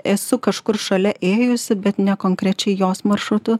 esu kažkur šalia ėjusi bet nekonkrečiai jos maršrutu